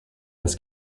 this